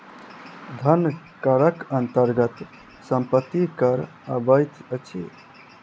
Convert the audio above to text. धन करक अन्तर्गत सम्पत्ति कर अबैत अछि